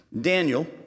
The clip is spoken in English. Daniel